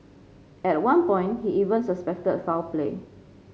at one point he even suspected foul play